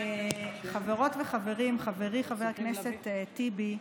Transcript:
חברות וחברים, חברי חבר הכנסת טיבי,